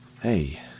Hey